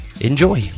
enjoy